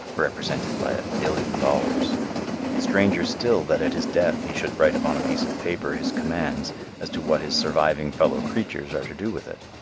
represented by a billion dollars stranger still that at his death he should write upon a piece of paper his commands as to what his surviving fellow creatures are to do with it.